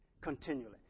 Continually